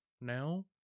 now